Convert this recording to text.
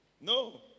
No